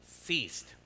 ceased